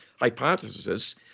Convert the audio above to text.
hypothesis